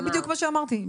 זה בדיוק מה שאמרתי.